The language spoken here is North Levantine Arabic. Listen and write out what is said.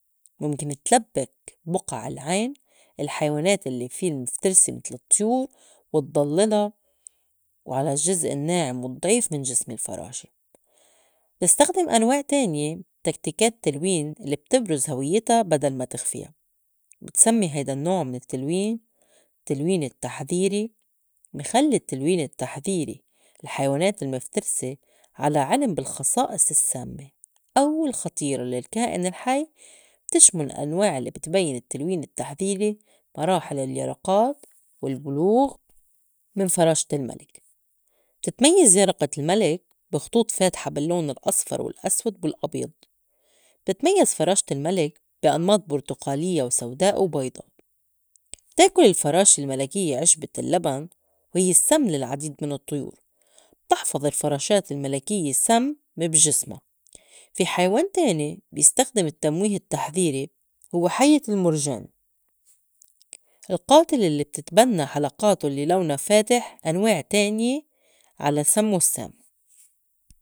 مُمكن تلبّك بُقع العين الحيوانات الّي في المِفترسة متل الطيور وتضلّلا وعلى الجّزء الناعم والضعيف من جسم الفراشة. بتستخدم أنواع تانية تكتيكات تلوين لي بتبرُز هويّتا بدل ما تخفيا بتسمّي هيدا النّوع من التّلوين تلوين التحذيري بي خلّي التلوين التّحذيري الحيوانات المِفترسة على علم بالخصائص السامّة أو الخطيرة للكائن الحي. بتشمُل أنواع الّي بتبيّن التلوين التحذيري مراحل اليرقات والبلوغ من فراشة الملك بتتميّز يرقة الملك بخطوط فاتحة بالّون الأصفر والأسود والأبيض، بتتميّز فراشة الملك بي أنماط بُرتقاليّة وسوداء وبيضا، بتاكل الفراشة الملكيّة عشبة اللّبن وهيّ السّم للعديد من الطيور بتحفظ الفراشات الملكيّة السّم بجسمها. في حيوان تاني بيستخدم التّمويه التّحذيري هوّ حيّة المُرجان القاتل الّي بتتبنّى حلقاته الّي لونا فاتح أنواع تانية على سمّو السّام.